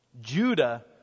Judah